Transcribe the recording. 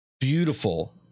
Beautiful